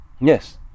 Yes